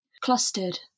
Clustered